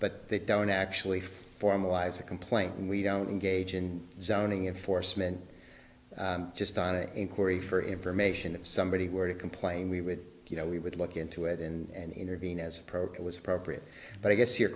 but they don't actually formalize a complaint and we don't engage in zoning in foresman just on an inquiry for information if somebody were to complain we would you know we would look into it and intervene as a program was appropriate but i guess your